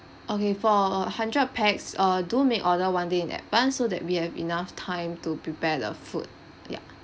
okay for a hundred pax err do make order one day in advanced so that we have enough time to prepare the food ya